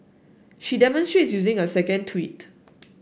she demonstrates using a second tweet